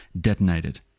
detonated